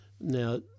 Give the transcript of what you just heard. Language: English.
Now